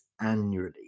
annually